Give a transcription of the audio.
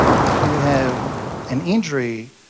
if you have an injury,